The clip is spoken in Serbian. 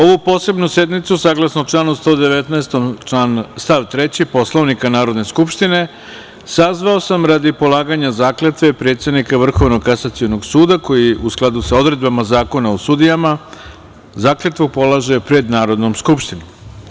Ovu posebnu sednicu, saglasno članu 119. stav 3. Poslovnika Narodne skupštine, sazvao sam radi polaganja zakletve predsednika Vrhovnog kasacionog suda koji, u skladu sa odredbama Zakona o sudijama, zakletvu polaže pred Narodnom skupštinom.